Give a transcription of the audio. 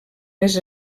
més